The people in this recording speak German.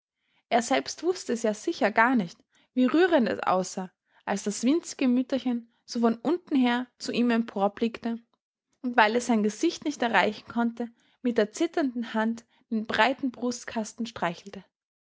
er selbst wußte es ja sicher gar nicht wie rührend es aussah als das winzige mütterchen so von unten her zu ihm emporblickte und weil es sein gesicht nicht erreichen konnte mit der zitternden hand den breiten brustkasten streichelte